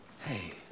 hey